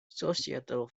societal